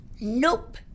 Nope